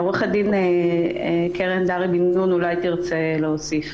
עורכת הדין קרן דהרי בן נון אולי תרצה להוסיף.